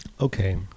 okay